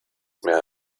mehr